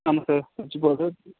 ஆமாம் sir switch board